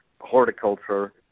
horticulture